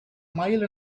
mile